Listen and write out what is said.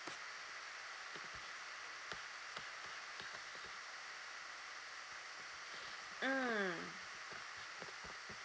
mm